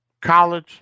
college